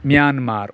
Myanmar